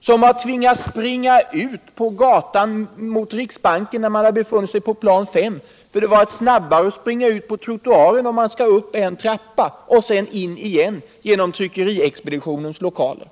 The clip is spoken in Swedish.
som här tvingats springa ut på gatan mot riksbanken när de befunnit sig på plan 5 — därför att det gått snabbare om man skall en trappa upp att springa ut på trottoaren och sedan in igen genom tryckeriexpeditionens lokaler.